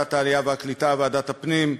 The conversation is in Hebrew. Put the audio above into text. ועדת העלייה והקליטה, ועדת הפנים,